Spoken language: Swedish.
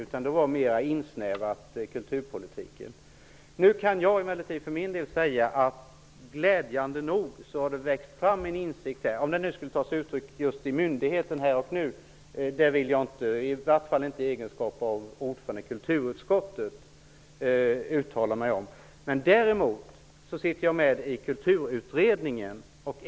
Kulturpolitikens område var snävare. Nu kan jag för min del emellertid säga att det glädjande nog har vuxit fram en insikt. Jag vill inte uttala mig om huruvida den tar sig uttryck just i detta förslag -- i varje fall inte i egenskap av ordförande i kulturutskottet. Jag sitter med i Kulturutredningen.